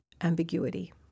ambiguity